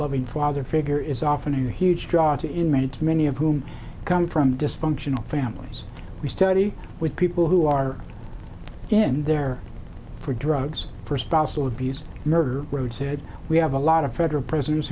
loving father figure is often a huge draw to in many many of whom come from dysfunctional families we study with people who are in there for drugs for spousal abuse murder road said we have a lot of federal prisoners